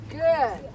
good